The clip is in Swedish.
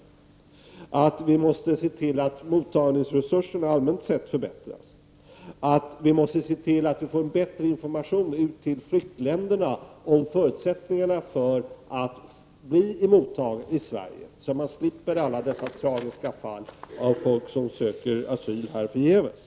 Jag har sagt att vi måste se till att mottagningsresurserna allmänt sett förbättras. Jag har sagt att vi måste se till att få ut bättre information till flyktländerna om förutsättningarna för att bli mottagen i Sverige, så att vi slipper alla dessa tragiska fall med folk som söker asyl här förgäves.